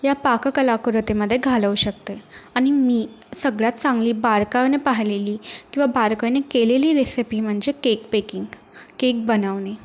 या पाककलाकृतीमध्ये घालवू शकते आणि मी सगळ्यात चांगली बारकाईने पाहलेली किंवा बारकाईने केलेली रेसेपी म्हणजे केक पेकिंग केक बनवणे